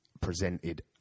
presented